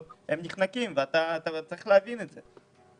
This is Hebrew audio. הם נחנקים ואתה צריך להבין את זה.